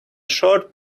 short